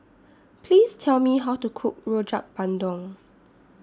Please Tell Me How to Cook Rojak Bandung